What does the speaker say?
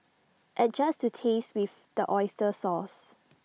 adjust to taste with the Oyster sauce